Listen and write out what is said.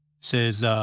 says